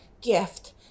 gift